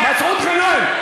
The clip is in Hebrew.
מסעוד גנאים.